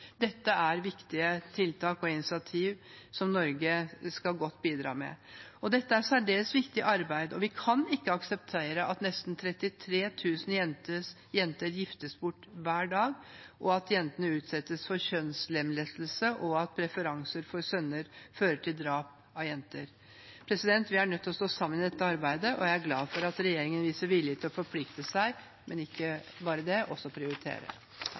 Dette er viktige tiltak og initiativer som Norge skal bidra godt til. Dette er et særdeles viktig arbeid, og vi kan ikke akseptere at nesten 33 000 jenter giftes bort hver dag, at jenter utsettes for kjønnslemlestelse, og at preferanser for sønner fører til drap på jenter. Vi er nødt til å stå sammen i dette arbeidet, og jeg er glad for at regjeringen viser vilje til å forplikte seg – men ikke bare det: også til å prioritere.